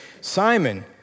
Simon